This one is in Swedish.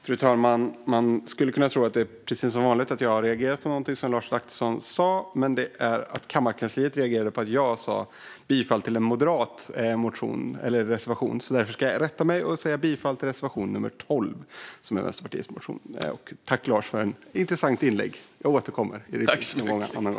Fru talman! Man skulle kunna tro att jag, precis som vanligt, reagerade på någonting som Lars Adaktusson sa. Men kammarkansliet reagerade på att jag yrkade bifall till en moderat reservation. Därför ska jag rätta mig och yrka bifall till reservation nr 12, som är Vänsterpartiets reservation. Tack, Lars, för ett intressant inlägg! Jag återkommer någon annan gång.